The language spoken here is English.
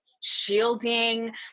shielding